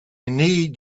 need